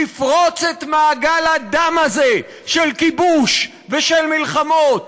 לפרוץ את מעגל הדם הזה של כיבוש ושל מלחמות